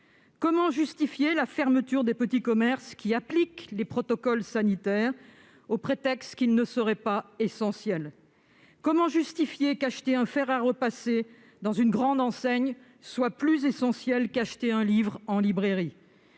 Comment justifier la fermeture des petits commerces, qui appliquent les protocoles sanitaires, au prétexte qu'ils ne seraient pas « essentiels »? Comment justifier qu'acheter un fer à repasser dans une grande enseigne soit plus « essentiel » qu'acheter un livre en librairie ?